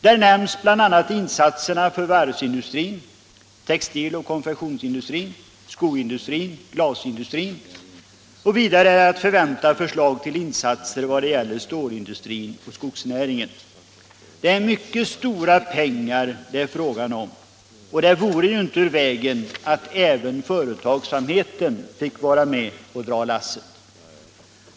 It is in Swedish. Där nämns bl.a. insatserna för varvsindustrin, textil och konfektionsindustrin, skoindustrin och glasindustrin. Vidare är att förvänta förslag till insatser vad det gäller stålindustrin och skogsnäringen. Det är mycket stora pengar det är fråga om och det vore inte ur vägen om även företagsamheten fick vara med och dra lasset.